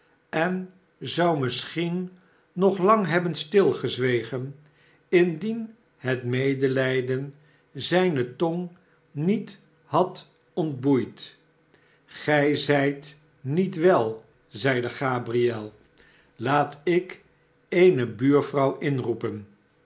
en zou misschien nog lang hebben stilgezwegen indien het medeiijden zijne tong niet had ontboeid gij zijt niet wel zeide gabriel laat ik eene buurvrouw inroepen